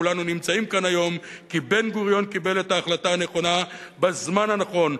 כולנו נמצאים כאן היום כי בן-גוריון קיבל את ההחלטה הנכונה בזמן הנכון,